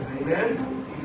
Amen